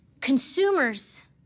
Consumers